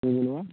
जेबो नङा